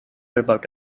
about